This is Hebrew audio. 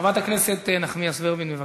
חברת הכנסת נחמיאס ורבין, בבקשה.